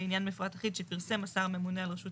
לעניין מפרט אחיד שפרסם השר הממונה על רשות